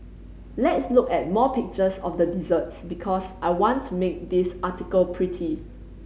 let's look at more pictures of the desserts because I want to make this article pretty